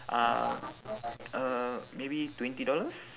um uh maybe twenty dollars